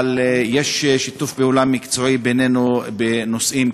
אבל יש שיתוף פעולה מקצועי בינינו בנושאים,